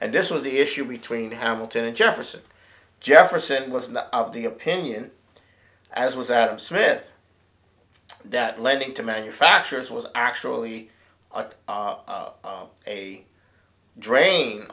and this was the issue between hamilton and jefferson jefferson was not of the opinion as was adam smith that lending to manufacturers was actually a bit of a drain